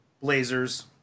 Blazers